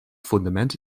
fundament